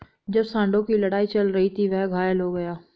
जब सांडों की लड़ाई चल रही थी, वह घायल हो गया